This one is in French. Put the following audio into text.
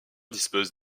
dispose